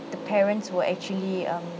the parents were actually um